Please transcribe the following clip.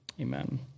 Amen